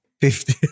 fifty